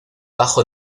bajo